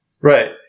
Right